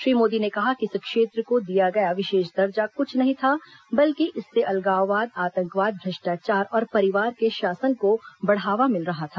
श्री मोदी ने कहा कि इस क्षेत्र को दिया गया विशेष दर्जा कुछ नहीं था बल्कि इससे अलगाववाद आतंकवाद भ्रष्टाचार और परिवार के शासन को बढ़ावा मिल रहा था